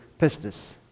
pistis